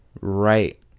right